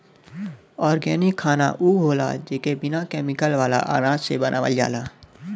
organic खाना उ होला जेके बिना केमिकल वाला अनाज से बनावल जाला